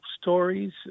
stories